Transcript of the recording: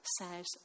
says